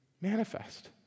manifest